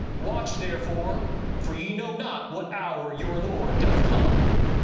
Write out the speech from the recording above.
watch therefore for ye know not what hour your lord doth come.